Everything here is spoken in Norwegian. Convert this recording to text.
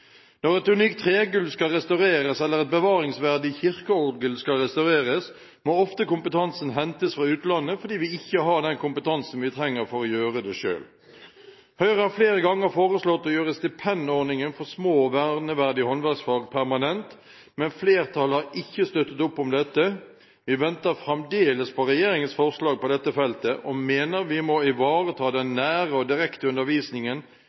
Når et unikt tregulv eller et bevaringsverdig kirkeorgel skal restaureres, må ofte kompetansen hentes fra utlandet fordi vi ikke har den kompetansen vi trenger for å gjøre det selv. Høyre har flere ganger foreslått å gjøre stipendordningen for små og verneverdige håndverksfag permanent, men flertallet har ikke støttet opp om dette. Vi venter fremdeles på regjeringens forslag på dette feltet og mener vi må ivareta den nære og direkte undervisningen